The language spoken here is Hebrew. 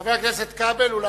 חבר הכנסת כבל, ולאחריו,